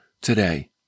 today